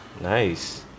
Nice